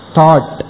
Thought